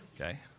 Okay